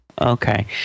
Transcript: okay